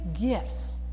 gifts